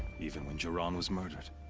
even when jiran was murdered.